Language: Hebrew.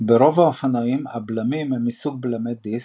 - ברוב האופנועים הבלמים הם מסוג בלמי דיסק,